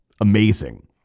Amazing